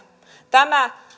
tämä